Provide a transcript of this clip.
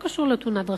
בלי קשר לתאונת דרכים,